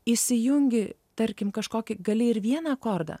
įsijungi tarkim kažkokį gali ir vieną akordą